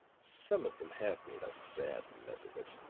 some of them have made a sad mess of it.